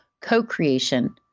co-creation